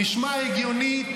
נשמע הגיוני,